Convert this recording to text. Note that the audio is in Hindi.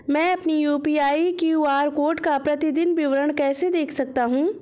मैं अपनी यू.पी.आई क्यू.आर कोड का प्रतीदीन विवरण कैसे देख सकता हूँ?